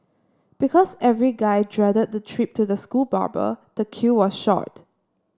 because every guy dreaded the trip to the school barber the queue was short